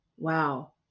Wow